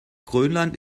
grönland